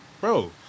bro